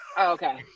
okay